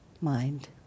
mind